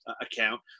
account